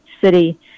city